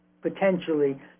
potentially